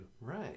Right